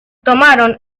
tomaron